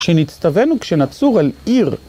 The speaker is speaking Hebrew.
שנצטווינו כשנצור אל עיר.